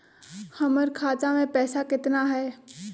हमर खाता मे पैसा केतना है?